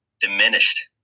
diminished